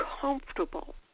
comfortable